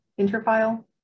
interfile